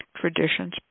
traditions